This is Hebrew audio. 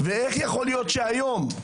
ואיך יכול להיות שהיום,